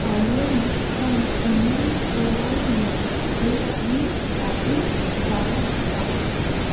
ᱟᱭᱳ ᱢᱤᱫᱴᱟᱝ ᱤᱢᱮᱞ ᱠᱳᱞᱟᱭ ᱢᱮ ᱡᱮ ᱤᱧ ᱯᱟᱨᱴᱤᱧ ᱪᱟᱞᱟᱜ ᱠᱟᱱᱟ